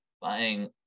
buying